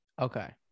Okay